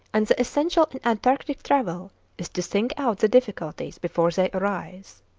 and the essential in antarctic travel is to think out the difficulties before they arise.